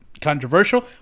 Controversial